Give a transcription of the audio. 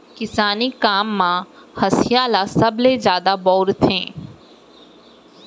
किसानी काम म हँसिया ल सबले जादा बउरथे